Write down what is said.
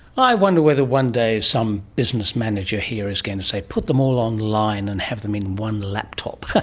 i wonder whether one day some business manager here is going to say put them all online and have them in one laptop.